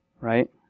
Right